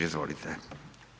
Izvolite.